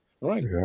Right